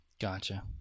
gotcha